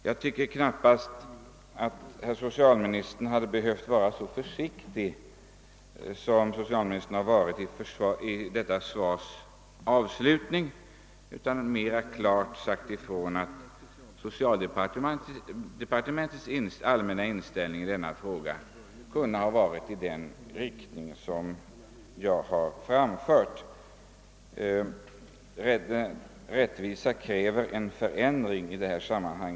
Jag tycker knappast att socialministern hade behövt vara så försiktig, som han varit i svarets avslutning, utan att han mera klart kunnat säga ifrån att socialdepartementets allmänna inställning till denna fråga kunde ha gått i den riktning som jag framfört. Rättvisan kräver en förändring i detta sammanhang.